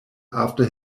after